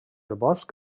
bosc